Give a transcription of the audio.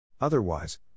Otherwise